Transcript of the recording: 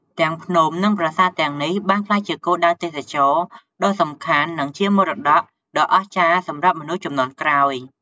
ទាំងភ្នំ និងប្រាសាទទាំងនេះបានក្លាយជាគោលដៅទេសចរណ៍ដ៏សំខាន់ និងជាមរតកដ៏អស្ចារ្យសម្រាប់មនុស្សជំនាន់ក្រោយ។